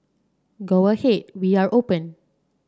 go ahead we are open